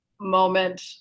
moment